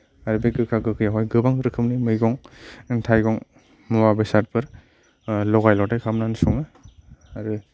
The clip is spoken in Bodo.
आरो बे गोखा गोखैयावहाय गोबां रोखोमनि मैगं थाइगं मुवा बेसादफोर लगाय लथाय खालामनानै सङो आरो